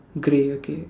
grey okay